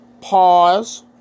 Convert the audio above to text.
Pause